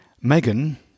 Megan